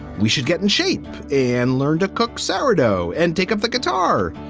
we should get in shape and learn to cook so cerrado and take up the guitar.